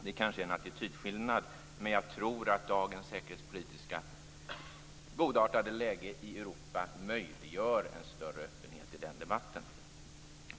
Det är kanske en attitydskillnad, men jag tror att dagens godartade säkerhetspolitiska läge i Europa möjliggör en större öppenhet i den debatten.